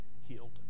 healed